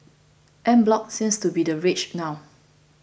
En bloc seems to be the rage now